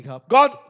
God